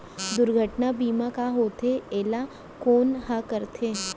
दुर्घटना बीमा का होथे, एला कोन ह करथे?